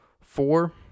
four